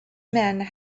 men